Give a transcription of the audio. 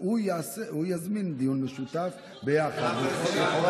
והוא יזמין דיון משותף ביחד.